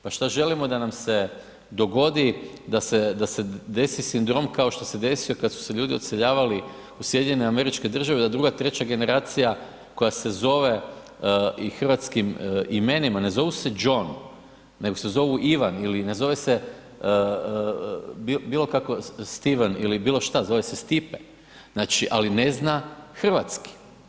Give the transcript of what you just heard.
Pa šta želimo da nam se dogodi, da se desi sindrom kao što se desio kad su se ljudi odseljavali u SAD da druga, treća generacija koja se zove i hrvatskim imenima, ne zovu se John, nego se zovu Ivan ili ne zove se bilo kako Steven ili bilo šta zove se Stipe, znači ali ne zna hrvatski.